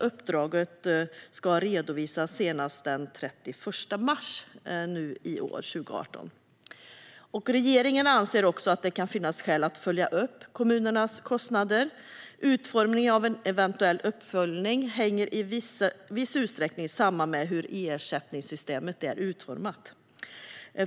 Uppdraget ska redovisas senast den 31 mars 2018. Regeringen anser också att det kan finnas skäl att följa upp kommunernas kostnader. Utformningen av en eventuell uppföljning hänger i viss utsträckning samman med hur ersättningssystemet är utformat.